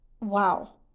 wow